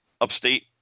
upstate